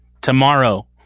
tomorrow